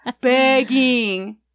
Begging